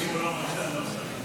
נעבור לנושא הבא על סדר-היום: